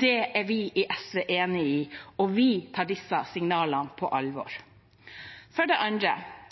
Det er vi i SV enig i, og vi tar disse signalene på alvor. For det andre: